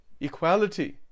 equality